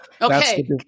Okay